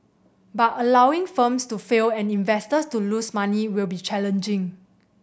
but allowing firms to fail and investors to lose money will be challenging